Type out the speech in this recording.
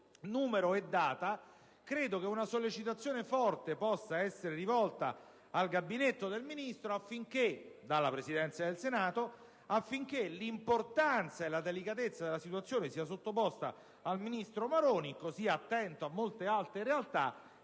e credo che una sollecitazione possa essere rivolta al Gabinetto del Ministro dalla Presidenza del Senato, affinché la delicatezza e l'importanza della situazione siano sottoposte al ministro Maroni, così attento a molte altre realtà,